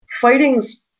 fighting's